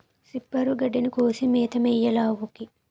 సిప్పరు గడ్డిని కోసి మేతెయ్యాలావుకి